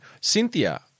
Cynthia